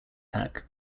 attack